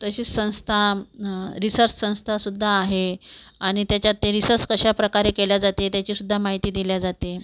तसेच संस्था रिसर्च संस्थासुद्धा आहे आणि त्याच्यात ते रिसर्स कशा प्रकारे केले जाते त्याचीसुद्धा माहिती दिली जाते